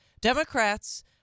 Democrats